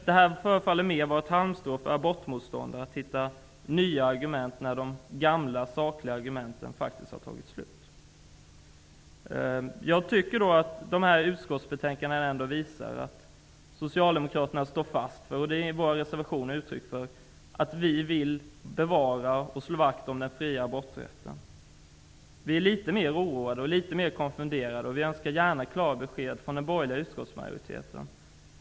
Detta förefaller mera vara ett halmstrå för abortmotståndarna för att hitta nya argument när de gamla, sakliga argumenten har tagit slut. Jag tycker att reservationerna till utskottsbetänkandet visar att vi socialdemokrater vill bevara och slå vakt om den fria aborträtten. Vi är litet oroade och konfunderade, och vi önskar få klara besked från den borgerliga utskottsmajoriteten.